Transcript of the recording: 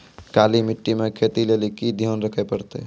काली मिट्टी मे खेती लेली की ध्यान रखे परतै?